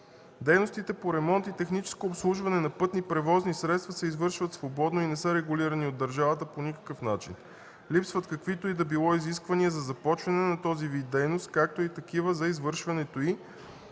Дейностите по ремонт и техническо обслужване на пътни превозни средства се извършват свободно и не са регулирани от държавата по никакъв начин. Липсват каквито и да било изисквания за започване на този вид дейност, както и такива за извършването